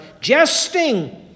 jesting